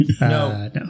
no